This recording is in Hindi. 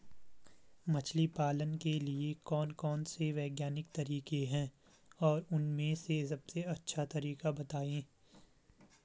मछली पालन के लिए कौन कौन से वैज्ञानिक तरीके हैं और उन में से सबसे अच्छा तरीका बतायें?